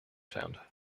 found